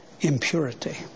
Impurity